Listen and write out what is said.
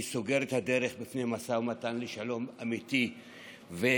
היא סוגרת את הדרך בפני משא ומתן לשלום אמיתי ובר-קיימא,